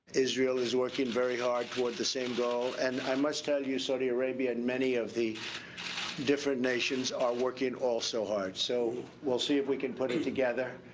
israel is working very hard toward the same goal. and i must tell you, saudi arabia and many of the different nations are working also hard. so, we'll see if we can put it together.